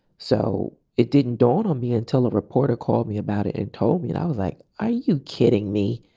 so it didn't dawn on me until a reporter called me about it and told me and i was like, are you kidding me?